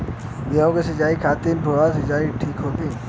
गेहूँ के सिंचाई खातिर फुहारा सिंचाई ठीक होखि?